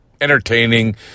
entertaining